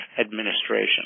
administration